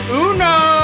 uno